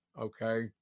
Okay